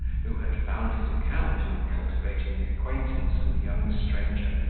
who had found his account in cultivating the acquaintance of the young stranger,